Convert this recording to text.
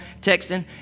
texting